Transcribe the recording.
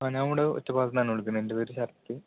ആ ഞാനിവിടെ ഒറ്റപ്പാലത്തു നിന്നാണ് വിളിക്കുന്നത് എൻ്റെ പേര് ശരത്